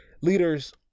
leaders